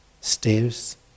stairs